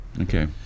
Okay